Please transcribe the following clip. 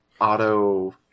auto